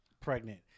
pregnant